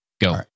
Go